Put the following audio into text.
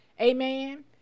Amen